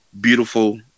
beautiful